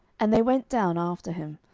and they went down after him,